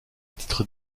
titre